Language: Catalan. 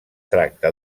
tracta